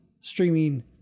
streaming